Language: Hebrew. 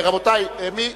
רבותי, מי,